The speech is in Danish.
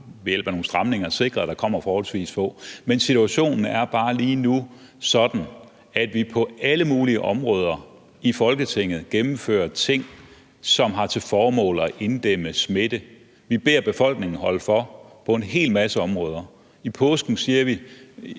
ved hjælp af nogle stramninger sikret, at der kommer forholdsvis få. Men situationen er lige nu bare sådan, at vi på alle mulige områder i Folketinget gennemfører ting, som har til formål at inddæmme smitte. Vi beder befolkningen holde for på en hel masse områder. Vi siger